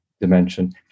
dimension